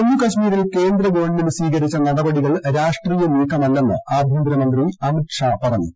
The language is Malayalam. ജമ്മുകശ്മീരിൽ കേന്ദ്ര ഗവൺമെന്റ് സ്വീകരിച്ച നടപടികൾ രാഷ്ട്രീയ നീക്കമല്ലെന്ന് ആഭ്യന്തരമന്ത്രി അമിത്ഷാ പറഞ്ഞു